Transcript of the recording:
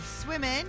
Swimming